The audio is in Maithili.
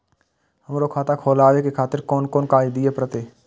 हमरो खाता खोलाबे के खातिर कोन कोन कागज दीये परतें?